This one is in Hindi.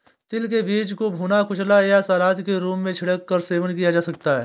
तिल के बीज को भुना, कुचला या सलाद के ऊपर छिड़क कर सेवन किया जा सकता है